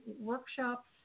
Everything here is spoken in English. workshops